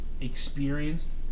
experienced